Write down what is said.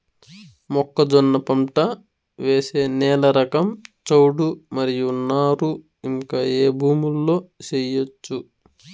మొక్కజొన్న పంట వేసే నేల రకం చౌడు మరియు నారు ఇంకా ఏ భూముల్లో చేయొచ్చు?